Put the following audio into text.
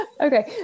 Okay